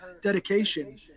dedication